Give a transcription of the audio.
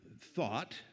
thought